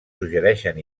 suggereixen